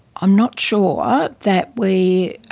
i'm not sure that we